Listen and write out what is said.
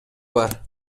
бар